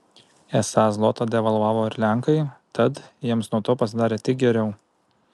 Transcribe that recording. esą zlotą devalvavo ir lenkai tad jiems nuo to pasidarė tik geriau